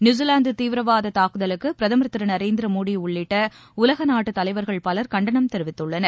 New Zealand தீவிரவாத தாக்குதலுக்கு பிரதமர் திரு நரேந்திர மோடி உள்ளிட்ட உலக நாட்டு தலைவர்கள் பலர் கண்டனம் தெரிவித்துள்ளனர்